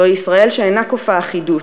זו ישראל שאינה כופה אחידות,